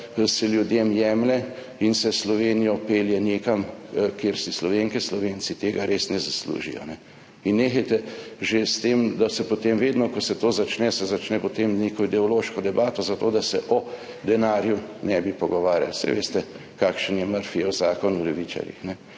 se ljudem jemlje in se Slovenijo pelje nekam, kjer si Slovenke in Slovenci tega res ne zaslužijo. In nehajte že s tem, da se potem vedno, ko se to začne, se začne potem neko ideološko debato, zato da se o denarju ne bi pogovarjali. Saj veste, kakšen je Murphyjev zakon o levičarjih